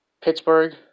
Pittsburgh